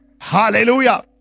Hallelujah